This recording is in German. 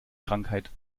krankheit